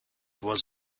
was